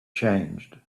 changed